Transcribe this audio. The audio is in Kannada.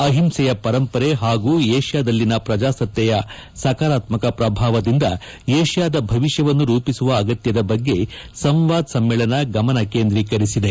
ಅಹಿಂಸೆಯ ಪರಂಪರೆ ಹಾಗೂ ಏಷ್ಯಾದಲ್ಲಿನ ಪ್ರಜಾಸತ್ತೆಯ ಸಕಾರಾತ್ಮಕ ಪ್ರಭಾವದಿಂದ ಏಷ್ಯಾದ ಭವಿಷ್ಯವನ್ನು ರೂಪಿಸುವ ಅಗತ್ಯದ ಬಗ್ಗೆ ಸಂವಾದ್ ಸಮ್ಮೇಳನ ಗಮನ ಕೇಂದ್ರೀಕರಿಸಿದೆ